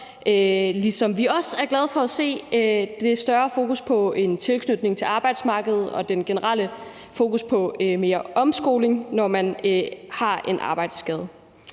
ligesom vi også er glade for at se det lidt større fokus på en tilknytning til arbejdsmarkedet og det generelle fokus på mere omskoling, når man har en arbejdsskade.